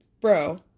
Bro